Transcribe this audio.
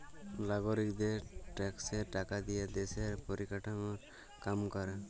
লাগরিকদের ট্যাক্সের টাকা দিয়া দ্যশের পরিকাঠামর কাম ক্যরে